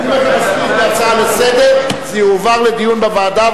אם אתה מסכים כהצעה לסדר-היום זה יועבר לדיון בוועדה,